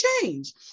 change